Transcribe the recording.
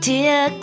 Dear